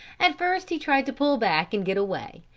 at first he tried to pull back and get away,